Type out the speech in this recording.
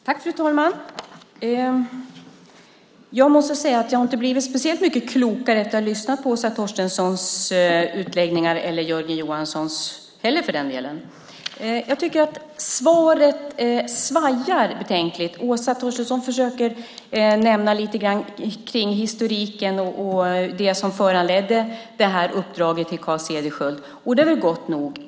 Fru talman! Jag måste säga att jag inte är speciellt mycket klokare nu efter att ha lyssnat på Åsa Torstenssons utläggningar eller, för den delen, på Jörgen Johanssons utläggningar. Jag tycker att det svajar betänkligt i svaret. Åsa Torstensson försöker nämna lite grann om historiken och det som föranledde uppdraget till Carl Cederschiöld. Det är väl gott nog.